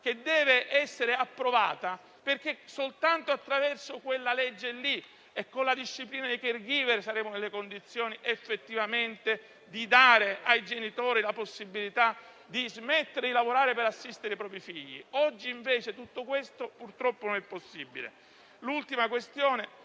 che deve essere approvata, perché soltanto attraverso quella legge e con la disciplina dei *caregiver* saremo effettivamente nelle condizioni di dare ai genitori la possibilità di smettere di lavorare per assistere i propri figli. Oggi, purtroppo, tutto questo non è possibile. L'ultima questione,